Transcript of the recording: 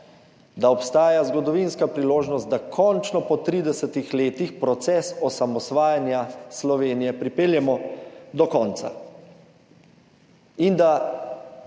da obstaja zgodovinska priložnost, da končno po 30 letih proces osamosvajanja Slovenije pripeljemo do konca